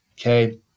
Okay